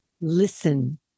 Listen